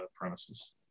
premises